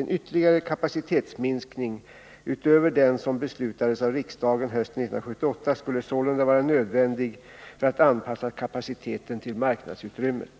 En ytterligare kapacitetsminskning utöver den som beslutades av riksdagen hösten 1978 skulle sålunda vara nödvändig för att anpassa kapaciteten till marknadsutrymmet.